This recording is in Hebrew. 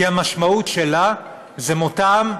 כי המשמעות שלה זה מותם,